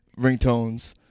Ringtones